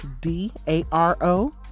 d-a-r-o